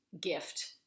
gift